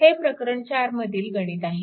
हे प्रकरण 4 मधील गणित आहे